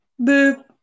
boop